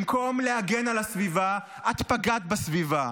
במקום להגן על הסביבה את פגעת בסביבה.